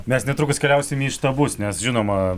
mes netrukus keliausim į štabus nes žinoma